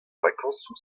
vakañsoù